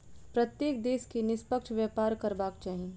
प्रत्येक देश के निष्पक्ष व्यापार करबाक चाही